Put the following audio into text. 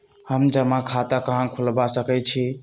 हम जमा खाता कहां खुलवा सकई छी?